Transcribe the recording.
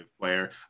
player